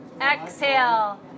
exhale